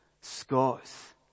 Scots